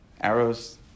Arrows